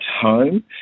home